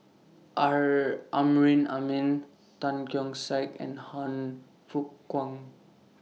Amrin Amin Tan Keong Saik and Han Fook Kwang